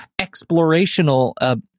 explorational